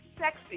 sexy